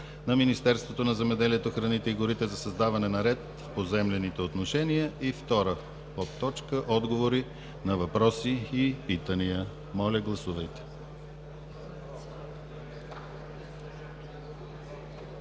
на Министерството на земеделието, храните и горите за създаване на ред в поземлените отношения. 2.2. Отговори на въпроси и питания.“ Моля, гласувайте.